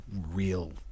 real